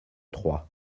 trois